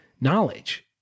knowledge